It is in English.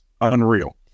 unreal